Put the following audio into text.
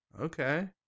Okay